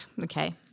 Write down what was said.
Okay